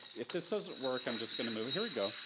if this doesn't work i'm just gonna move it. here we go.